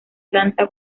planta